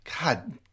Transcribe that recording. God